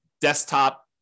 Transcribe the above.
desktop